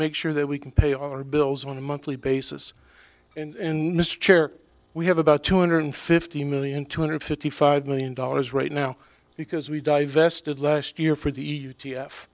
make sure that we can pay our bills on a monthly basis and mr chair we have about two hundred fifty million two hundred fifty five million dollars right now because we divested last year for the e u t f